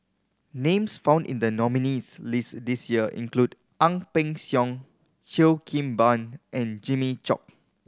names found in the nominees' list this year include Ang Peng Siong Cheo Kim Ban and Jimmy Chok